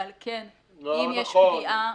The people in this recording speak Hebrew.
ועל כן, אם יש פגיעה --- לא נכון.